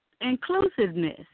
inclusiveness